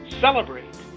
celebrate